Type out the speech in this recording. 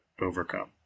overcome